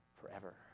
forever